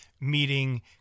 meeting